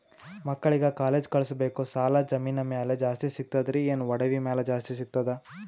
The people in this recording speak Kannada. ಮಕ್ಕಳಿಗ ಕಾಲೇಜ್ ಕಳಸಬೇಕು, ಸಾಲ ಜಮೀನ ಮ್ಯಾಲ ಜಾಸ್ತಿ ಸಿಗ್ತದ್ರಿ, ಏನ ಒಡವಿ ಮ್ಯಾಲ ಜಾಸ್ತಿ ಸಿಗತದ?